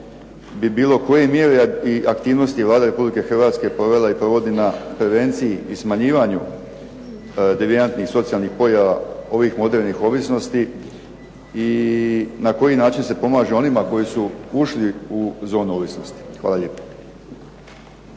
bi bilo koje mjere i aktivnosti Vlada Republike Hrvatske provela i provodi na prevenciji i smanjivanju devijantnih socijalnih pojava ovih modernih ovisnosti i na koji način se pomaže onima koji su ušli u zonu ovisnosti? Hvala lijepa.